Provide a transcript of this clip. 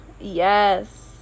Yes